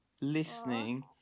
listening